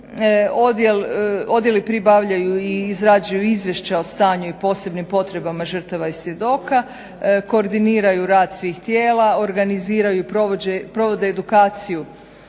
Odjeli pribavljaju i izrađuju izvješća o stanju i posebnim potrebama žrtava i svjedoka, koordiniraju rad svih tijela, organiziraju i provode edukaciju